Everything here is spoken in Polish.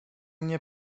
mnie